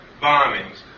bombings